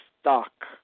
stock